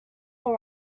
all